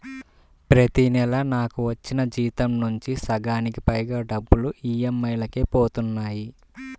ప్రతి నెలా నాకు వచ్చిన జీతం నుంచి సగానికి పైగా డబ్బులు ఈఎంఐలకే పోతన్నాయి